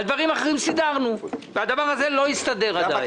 דברים אחרים סידרנו ואילו הדבר הזה לא הסתדר עדיין.